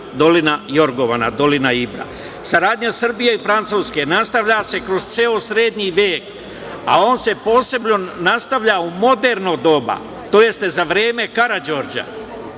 „Dolina jorgovana“, dolina Ibra. Saradnja Srbije i Francuske nastavlja se kroz ceo srednji vek, a on se posebno nastavlja u moderno doba, tj. za vreme Karađorđa.